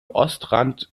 ostrand